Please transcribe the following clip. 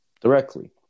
directly